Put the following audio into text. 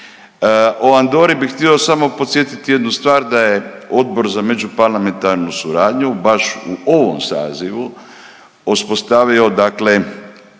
O Andori bi htio samo podsjetiti jednu stvar da je Odbor za međuparlamentarnu suradnju baš u ovom sazivu uspostavio skupinu